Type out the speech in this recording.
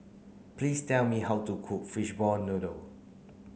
please tell me how to cook fishball noodle